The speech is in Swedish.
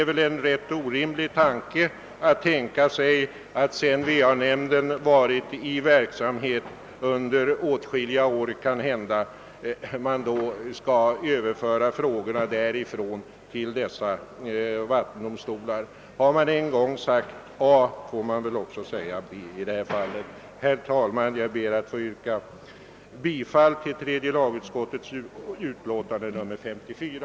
Det är en orimlig tanke att dessa frågor sedan va-nämnden handhaft dem under kanske åtskilliga år skall överföras till vattendomstolarna. Har man en gång sagt A, får man också säga B. Herr talman! Jag ber att få yrka bifall till tredje lagutskottets hemställan i dess utlåtande nr 54.